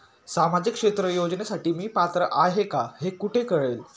सामाजिक क्षेत्र योजनेसाठी मी पात्र आहे का हे कुठे कळेल?